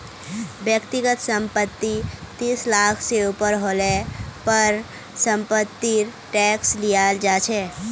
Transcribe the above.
व्यक्तिगत संपत्ति तीस लाख से ऊपर हले पर समपत्तिर टैक्स लियाल जा छे